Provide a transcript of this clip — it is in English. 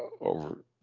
over